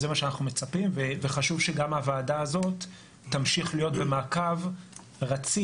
זה מה שאנחנו מצפים וחשוב שגם הוועדה הזאת תמשיך להיות במעקב רציף,